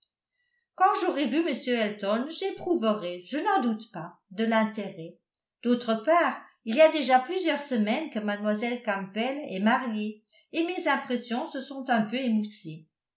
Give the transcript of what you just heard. quand j'aurai vu m elton j'éprouverai je n'en doute pas de l'intérêt d'autre part il y a déjà plusieurs semaines que mlle campbell est mariée et mes impressions se sont un peu émoussées